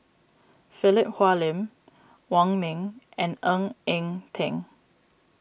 Philip Hoalim Wong Ming and Ng Eng Teng